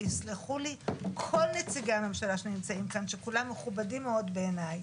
ויסלחו לי כל נציגי הממשלה שנמצאים כאן שכולם מכובדים מאוד בעיניי,